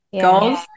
goals